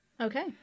Okay